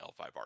L5R